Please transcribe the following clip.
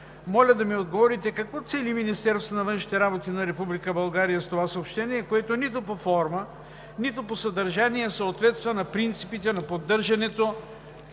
моля да ми отговорите какво цели Министерството на външните работи на Република България с това съобщение, което нито по форма, нито по съдържание съответства на принципите на поддържането